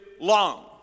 long